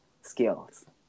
skills